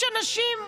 יש אנשים,